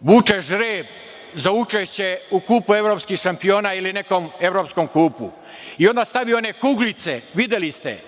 vuče žreb za učešće u Kupu evropskih šampiona ili nekom evropskom kupu i onda stavi one kuglice, videli ste,